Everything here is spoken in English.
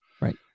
right